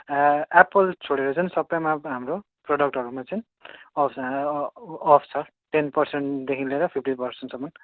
ए्या Apple छोडेर चाहिँ सबैमा हाम्रो प्रडक्टहरूमा चाहिँ अफ छ अफ छ टेन पर्सेन्टदेखि लिएर फिफ्टी पर्सेन्टसम्म